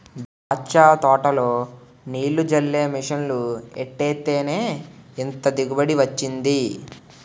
దాచ్చ తోటలో నీల్లు జల్లే మిసన్లు ఎట్టేత్తేనే ఇంత దిగుబడి వొచ్చింది